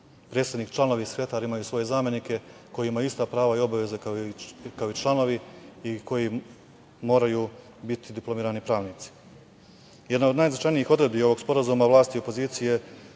Predsednik, članovi i sekretar imaju svoje zamenike koji imaju ista prava i obaveze kao i članovi i koji moraju biti diplomirani pravnici. Jedna od najznačajnijih odredbi ovog sporazuma vlasti i opoziciji